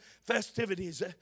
festivities